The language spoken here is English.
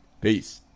peace